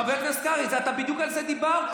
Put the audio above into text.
חבר הכנסת קרעי, אתה בדיוק על זה דיברת.